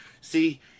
see